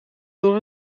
door